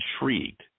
intrigued